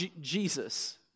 Jesus